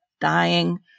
dying